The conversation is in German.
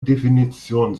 definitionen